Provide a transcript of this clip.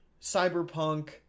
cyberpunk